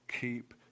keep